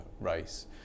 race